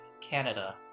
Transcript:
Canada